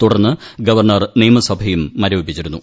തുടർന്ന് ഗവർണർ നിയമസഭയും മരവിപ്പിച്ചിരുന്നു